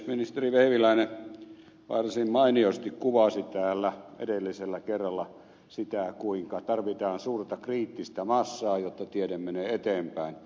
ministeri vehviläinen varsin mainiosti kuvasi täällä edellisellä kerralla sitä kuinka tarvitaan suurta kriittistä massaa jotta tiede menee eteenpäin